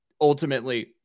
ultimately